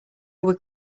were